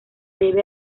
debe